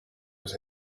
was